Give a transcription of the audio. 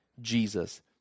Jesus